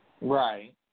Right